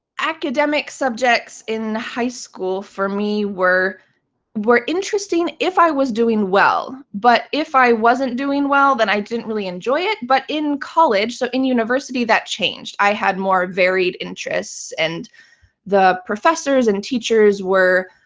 academic subjects in high school for me were were interesting if i was well. but if i wasn't doing well, then i didn't really enjoy it. but in college, so in university, that changed. i had more varied interests, and the professors and teachers were